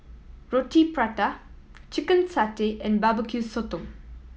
Roti Prata chicken satay and bbq sotong